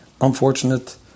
unfortunate